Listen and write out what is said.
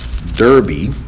Derby